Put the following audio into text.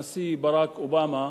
הנשיא ברק אובמה,